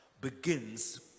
begins